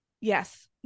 yes